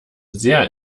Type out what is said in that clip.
sehr